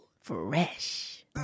Fresh